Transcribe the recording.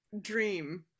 dream